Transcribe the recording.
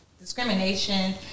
discrimination